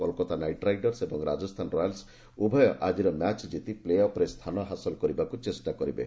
Kolkata knight riders ଏବଂ Rajasthan royals ଉଭୟ ଆଜିର ମ୍ୟାଚ୍ କିତି ପ୍ରେ ଅଫ୍ରେ ସ୍ଥାନ ହାସଲ କରିବାକୁ ଚେଷ୍ଟା କରିବେ